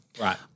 Right